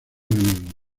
nuevo